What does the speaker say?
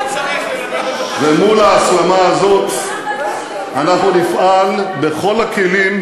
ומול ההסלמה הזאת אנחנו נפעל בכל הכלים,